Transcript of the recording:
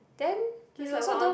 then you also don't